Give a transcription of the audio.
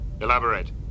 Elaborate